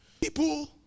People